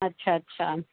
अच्छा अच्छा